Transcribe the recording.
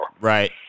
Right